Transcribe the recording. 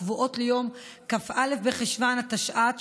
הקבועות ליום כ"א בחשוון תשע"ט,